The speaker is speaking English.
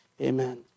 amen